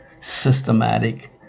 systematic